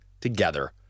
together